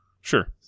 Sure